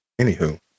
Anywho